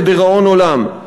לדיראון עולם.